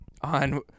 on